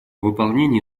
выполнении